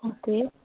okay